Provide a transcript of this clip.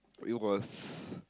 it was